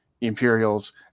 Imperials